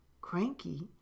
Cranky